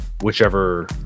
whichever